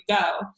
go